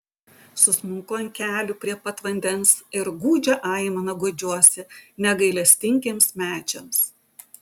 susmunku ant kelių prie pat vandens ir gūdžia aimana guodžiuosi negailestingiems medžiams